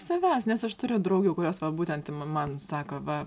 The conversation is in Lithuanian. savęs nes aš turiu draugių kurios va būtent ma man sako va